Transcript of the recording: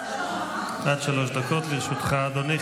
עד שלוש דקות לרשותך, אדוני.